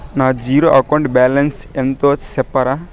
నా zero account balance ఎంతో సెప్తారా?